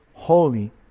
holy